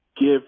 give